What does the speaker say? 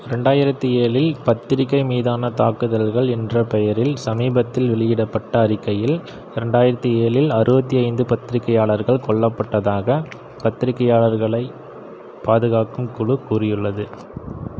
ரெண்டாயிரத்தி ஏழில் பத்திரிகை மீதான தாக்குதல்கள் என்ற பெயரில் சமீபத்தில் வெளியிடப்பட்ட அறிக்கையில் ரெண்டாயிரத்தி ஏழில் அறுபத்தி ஐந்து பத்திரிகையாளர்கள் கொல்லப்பட்டதாக பத்திரிகையாளர்களைப் பாதுகாக்கும் குழு கூறியுள்ளது